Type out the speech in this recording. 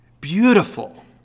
beautiful